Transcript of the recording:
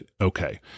Okay